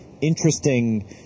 interesting